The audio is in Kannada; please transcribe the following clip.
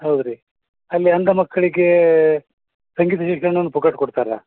ಹೌದು ರೀ ಅಲ್ಲಿ ಅಂಧ ಮಕ್ಕಳಿಗೆ ಸಂಗೀತ ಶಿಕ್ಷಣವನ್ನ ಪುಕ್ಕಟೆ ಕೊಡ್ತಾರೆ